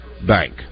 Bank